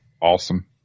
awesome